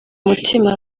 mutima